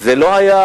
זה לא היה